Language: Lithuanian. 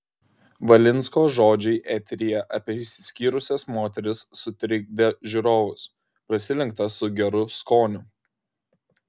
valinsko žodžiai eteryje apie išsiskyrusias moteris sutrikdė žiūrovus prasilenkta su geru skoniu